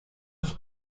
sus